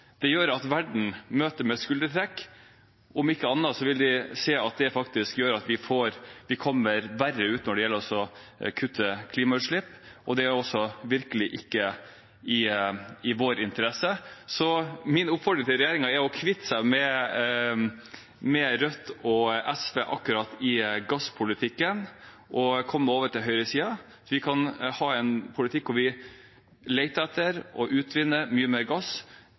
gjør at verden møter det med et skuldertrekk. Om ikke annet vil man se at det faktisk gjør at vi kommer verre ut når det gjelder å kutte klimautslipp. Det er også virkelig ikke i vår interesse. Så min oppfordring til regjeringen er å kvitte seg med Rødt og SV akkurat i gasspolitikken og komme over til høyresiden. Vi kan ha en politikk hvor vi leter etter og utvinner mye mer gass,